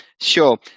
Sure